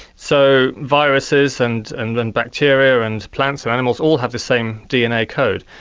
so, viruses and and and bacteria and plants and animals all have the same dna code,